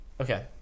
okay